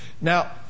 Now